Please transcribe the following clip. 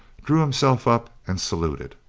drew himself up and saluted.